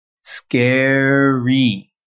scary